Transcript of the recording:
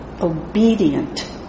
obedient